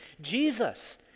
Jesus